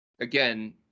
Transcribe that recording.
again